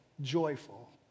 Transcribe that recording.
joyful